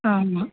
ஆமாம்